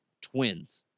twins